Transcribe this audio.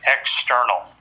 external